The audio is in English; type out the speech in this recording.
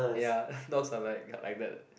ya dogs are like like that